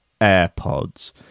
AirPods